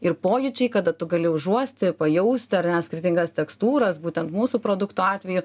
ir pojūčiai kada tu gali užuosti pajausti ar ne skirtingas tekstūras būtent mūsų produktų atveju